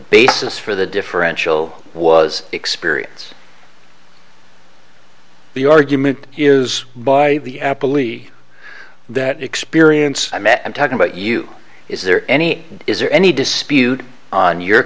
basis for the differential was experience the argument is by the apple e that experience i met i'm talking about you is there any is there any dispute on your